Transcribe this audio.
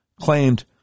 claimed